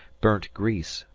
burnt grease,